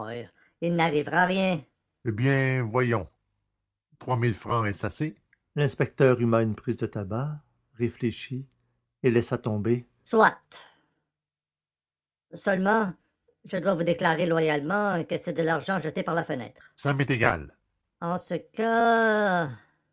il n'arrivera rien eh bien voyons trois mille francs est-ce assez l'inspecteur huma une prise de tabac réfléchit et laissa tomber soit seulement je dois vous déclarer loyalement que c'est de l'argent jeté par la fenêtre ça m'est égal en ce cas